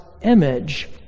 image